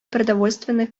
продовольственных